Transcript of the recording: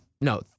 no